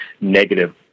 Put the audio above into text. negative